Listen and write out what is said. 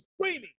screaming